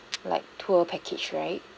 like tour package right